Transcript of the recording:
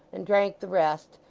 and drank the rest,